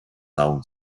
nahrung